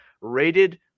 rated